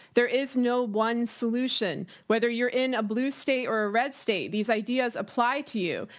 there is no one solution whether you're in a blue state or a red state, these ideas apply to you.